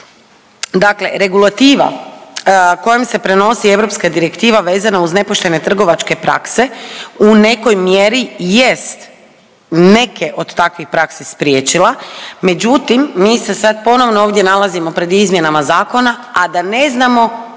dakle regulativa kojom se prenosi europska direktiva vezana uz nepoštene trgovačke prakse u nekoj mjeri jest neke od takvih praksi spriječila, međutim mi se sad ponovno ovdje nalazimo pred izmjenama zakona, a da ne znamo